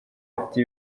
ati